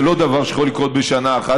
זה לא דבר שיכול לקרות בשנה אחת.